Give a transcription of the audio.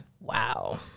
Wow